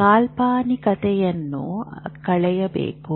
ಕಾಲ್ಪನಿಕತೆಯನ್ನು ಕಳೆಯಬೇಕು